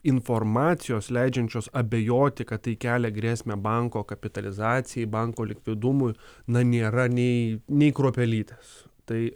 informacijos leidžiančios abejoti kad tai kelia grėsmę banko kapitalizacijai banko likvidumui na nėra nei nei kruopelytės tai